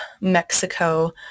Mexico